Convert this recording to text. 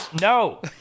No